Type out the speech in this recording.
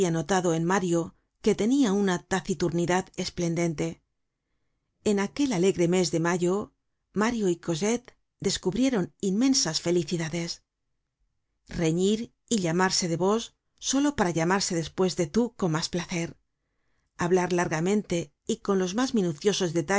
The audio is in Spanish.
notado en mario que tenia una taciturnidad esplendente content from google book search generated at en aquel alegre mes de mayo mario y cosette descubrieron inmensas felicidades reñir y llamarse de vos solo para llamarse después de tú con mas placer hablar largamente y con los mas minuciosos